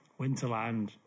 Winterland